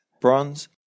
bronze